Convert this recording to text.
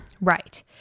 Right